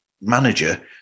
manager